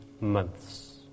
Months